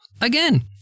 Again